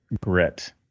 grit